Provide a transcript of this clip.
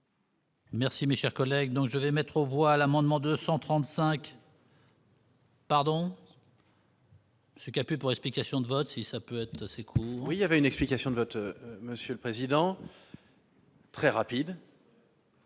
Merci Michel, collègues, donc je vais mettre aux voix l'amendement 235. Pardon. Ce qui a pu pour explication de vote si ça peut être aussi. Oui, il y avait une explication de vote, monsieur le président. Très rapide.